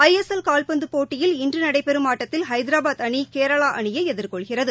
ISL கால்பந்தப் போட்டியில் இன்று நடைபெறும் ஆட்டத்தில் ஹைதராபாத் அணி கேரளா அணியை எதிர்கொள்கிறது